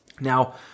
Now